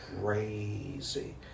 crazy